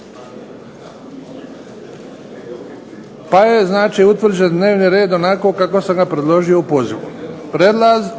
pa je utvrđen dnevni red onako kako sam ga predložio u pozivu.